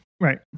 Right